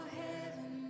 heaven